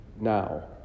now